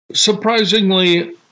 Surprisingly